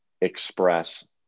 express